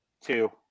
Two